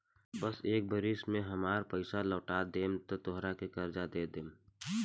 एक बरिस में हामार पइसा लौटा देबऽ त तोहरा के कर्जा दे देम